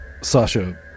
Sasha